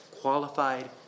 qualified